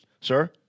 sir